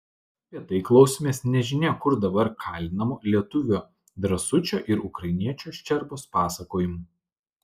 apie tai klausėmės nežinia kur dabar kalinamų lietuvio drąsučio ir ukrainiečio ščerbos pasakojimų